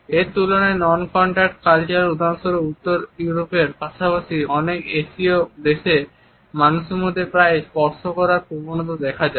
এর তুলনায় non contact কালচারে উদাহরণ স্বরূপ উত্তর ইউরোপের পাশাপাশি অনেক এশীয় দেশে মানুষের মধ্যে প্রায়ই স্পর্শ করার প্রবণতা দেখা যায়